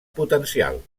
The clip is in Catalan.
potencial